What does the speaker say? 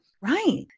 Right